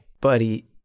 Buddy